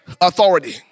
authority